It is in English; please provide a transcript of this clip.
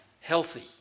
healthy